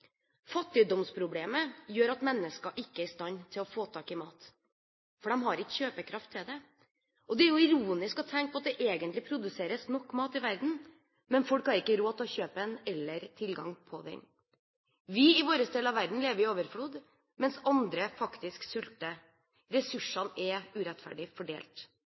Fattigdomsproblemet gjør at mennesker ikke er i stand til å få tak i mat. De har ikke kjøpekraft til det, og det er jo ironisk å tenke på at det egentlig produseres nok mat i verden, men folk har ikke råd til å kjøpe den, eller tilgang til den. Vi i vår del av verden lever i overflod, mens andre faktisk sulter. Ressursene er urettferdig fordelt.